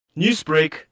Newsbreak